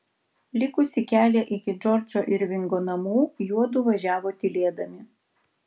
likusį kelią iki džordžo irvingo namų juodu važiavo tylėdami